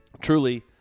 Truly